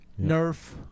Nerf